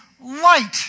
light